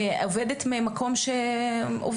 אני עובדת ממקום של עובדות,